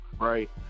Right